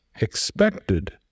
expected